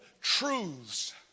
truths